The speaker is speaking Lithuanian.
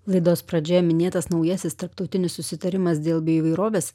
laidos pradžioje minėtas naujasis tarptautinis susitarimas dėl bio įvairovės